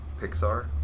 Pixar